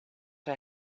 her